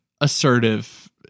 assertive